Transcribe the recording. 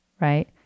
right